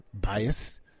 bias